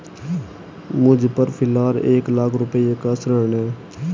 मुझपर फ़िलहाल एक लाख रुपये का ऋण है